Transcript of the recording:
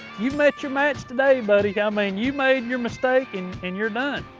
you've met your match today, buddy. i mean you made your mistake and and you're done.